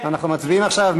משה גפני,